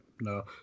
No